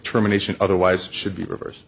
termination otherwise should be reversed